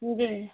जी